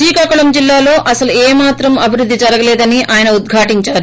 శ్రీకాకుళం జిల్లాలో అసలు ఏమాత్రం అభివృద్ది జరగలేదని ఆయన ఉద్ఘాటించారు